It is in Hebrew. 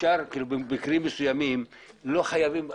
במקרים מסוימים הדיונים לא חייבים להיות